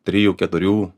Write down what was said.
trijų keturių